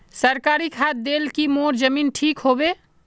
सरकारी खाद दिल की मोर जमीन ठीक होबे?